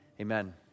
amen